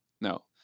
no